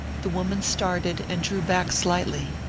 the woman started and drew back slightly.